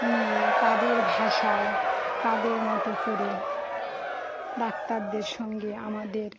নিয়ে তাদের ভাষায় তাদের মতো করে ডাক্তারদের সঙ্গে আমাদের